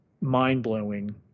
mind-blowing